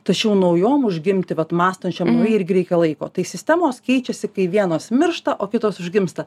tačiau naujom užgimti vat mąstančiom irgi reikia laiko tai sistemos keičiasi kai vienos miršta o kitos užgimsta